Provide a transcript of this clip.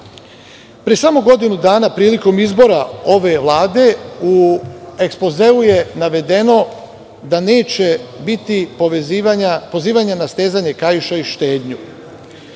Pre samo godinu dana prilikom izbora ove Vlade u ekspozeu je navedeno da neće biti pozivanja na stezanje kaiša i štednju. Koliko